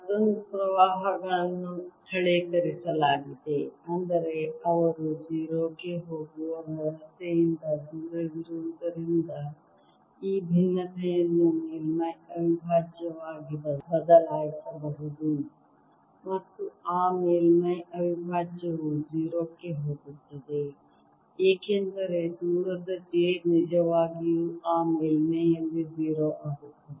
ಮತ್ತೊಂದು ಪ್ರವಾಹಗಳನ್ನು ಸ್ಥಳೀಕರಿಸಲಾಗಿದೆ ಅಂದರೆ ಅವರು 0 ಗೆ ಹೋಗುವ ವ್ಯವಸ್ಥೆಯಿಂದ ದೂರವಿರುವುದರಿಂದ ಈ ಭಿನ್ನತೆಯನ್ನು ಮೇಲ್ಮೈ ಅವಿಭಾಜ್ಯವಾಗಿ ಬದಲಾಯಿಸಬಹುದು ಮತ್ತು ಆ ಮೇಲ್ಮೈ ಅವಿಭಾಜ್ಯವು 0 ಕ್ಕೆ ಹೋಗುತ್ತದೆ ಏಕೆಂದರೆ ದೂರದ j ನಿಜವಾಗಿಯೂ ಆ ಮೇಲ್ಮೈಯಲ್ಲಿ 0 ಆಗುತ್ತದೆ